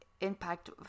impact